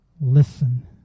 listen